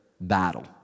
battle